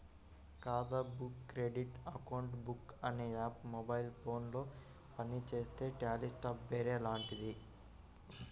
ఖాతా book credit account book అనే app mobile ఫోనులో పనిచేసే ట్యాలీ సాఫ్ట్ వేర్ లాంటిది